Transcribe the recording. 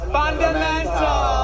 Fundamental